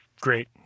Great